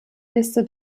liste